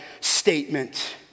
statement